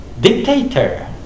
dictator